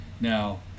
now